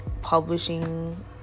publishing